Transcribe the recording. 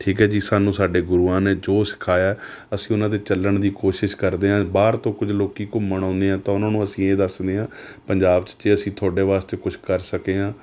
ਠੀਕ ਹੈ ਜੀ ਸਾਨੂੰ ਸਾਡੇ ਗੁਰੂਆਂ ਨੇ ਜੋ ਸਿਖਾਇਆ ਅਸੀਂ ਉਹਨਾਂ 'ਤੇ ਚੱਲਣ ਦੀ ਕੋਸ਼ਿਸ਼ ਕਰਦੇ ਹਾਂ ਬਾਹਰ ਤੋਂ ਕੁਝ ਲੋਕ ਘੁੰਮਣ ਆਉਂਦੇ ਆ ਤਾਂ ਉਹਨਾਂ ਨੂੰ ਅਸੀਂ ਇਹ ਦੱਸਦੇ ਹਾਂ ਪੰਜਾਬ 'ਚ ਜੇ ਅਸੀਂ ਤੁਹਾਡੇ ਵਾਸਤੇ ਕੁਛ ਕਰ ਸਕੇ ਹਾਂ